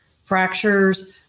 fractures